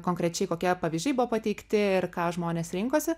konkrečiai kokie pavyzdžiai buvo pateikti ir ką žmonės rinkosi